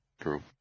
True